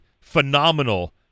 phenomenal